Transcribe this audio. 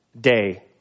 day